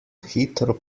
hitro